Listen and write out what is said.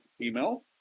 email